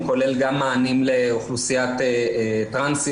כולל גם מענים לאוכלוסיית טרנסיות,